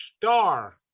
star